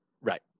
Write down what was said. Right